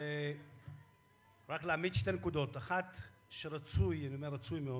ככה הקימו את הממשלה הזאת, ככה אתם נראים.